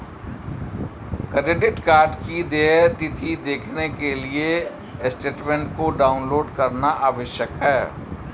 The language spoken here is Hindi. क्रेडिट कार्ड की देय तिथी देखने के लिए स्टेटमेंट को डाउनलोड करना आवश्यक है